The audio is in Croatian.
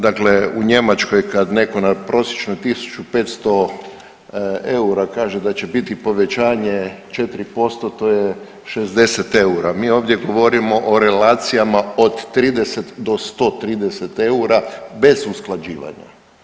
Dakle, u Njemačkoj kad neko na prosječno 1.500 eura kaže da će biti povećanje 4% to 60 eura, mi ovdje govorimo o relacijama od 30 do 130 eura bez usklađivanja.